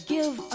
Give